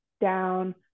down